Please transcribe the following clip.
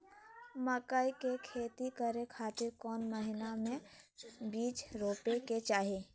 मकई के खेती करें खातिर कौन महीना में बीज रोपे के चाही?